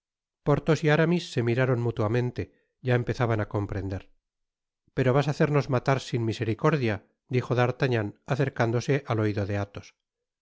porthos y aramis se miraron mutuamente ya empezaban á comprender pero vas á hacernos matar sin misericordia dijo d'artagnan acercándose al oido de athos mas